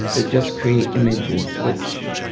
to just create images, which